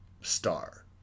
star